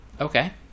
Okay